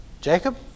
Jacob